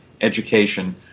education